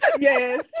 Yes